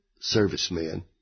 servicemen